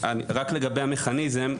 רק לגבי המכניזם,